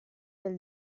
del